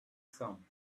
some